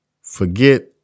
Forget